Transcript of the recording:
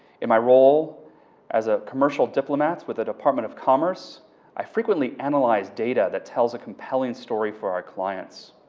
in my role as a commercial diplomat with the department of commerce i frequent look analyze data that tells a compelling story for our clients